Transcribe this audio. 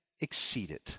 exceeded